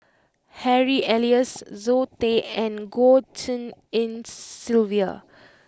Harry Elias Zoe Tay and Goh Tshin En Sylvia